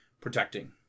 protecting